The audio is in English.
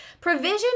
Provision